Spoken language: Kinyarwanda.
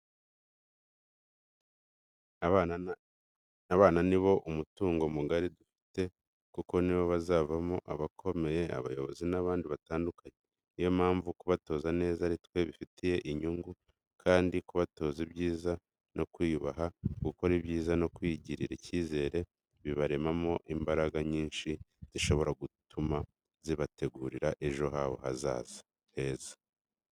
Abana ni bo mutungo mugari dufite kuko nibo bazavamo abakomeye, abayobozi n'abandi batandukanye. Ni yo mpamvu kubatoza neza ari twe bifitiye inyungu kandi kubatoza ibyiza no kwiyubaha gukora ibyiza no kwigirira icyizere bibarema mo imbaraga nyinshi zishobora gutuma zibategurira ejo habo heza.